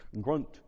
grunt